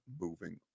moving